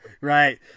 Right